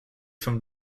from